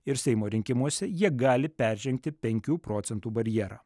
ir seimo rinkimuose jie gali peržengti penkių procentų barjerą